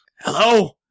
Hello